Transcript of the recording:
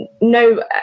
no